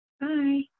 Bye